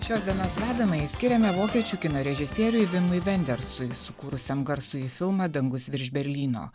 šios dienos vedamąjį skiriame vokiečių kino režisieriui vimui vendersui sukūrusiam garsųjį filmą dangus virš berlyno